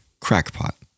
crackpot